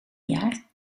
jaar